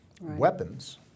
weapons